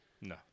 No